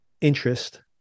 interest